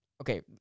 Okay